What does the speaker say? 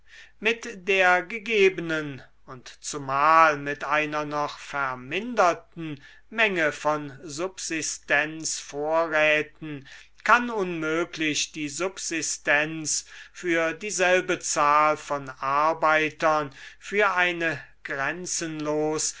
mit der gegebenen und zumal mit einer noch verminderten menge von subsistenzvorräten kann unmöglich die subsistenz für dieselbe zahl von arbeitern für eine